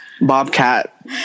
Bobcat